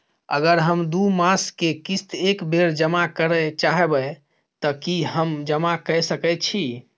अगर हम दू मास के किस्त एक बेर जमा करे चाहबे तय की हम जमा कय सके छि?